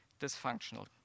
dysfunctional